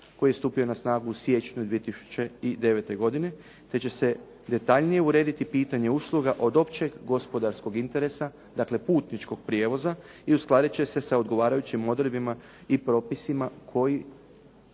koji je stupio na snagu u siječnju 2009. godine te će se detaljnije urediti pitanje usluga od općeg gospodarskog interesa, dakle putničkog prijevoza i uskladit će se sa odgovarajućim odredbama i propisima koji